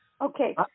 okay